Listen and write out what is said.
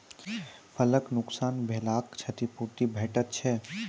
फसलक नुकसान भेलाक क्षतिपूर्ति भेटैत छै?